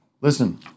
Listen